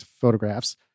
photographs